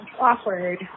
Awkward